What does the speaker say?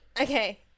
Okay